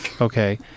Okay